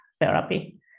therapy